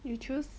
you choose